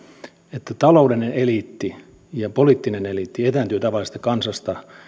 että taloudellinen ja poliittinen eliitti etääntyy tavallisesta kansasta